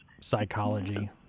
Psychology